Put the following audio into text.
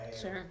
Sure